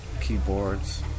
keyboards